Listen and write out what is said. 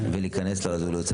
לעשות ולהיכנס לרזולוציה הזו.